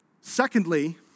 Secondly